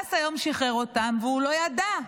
השב"ס היום שחרר אותם והוא לא ידע.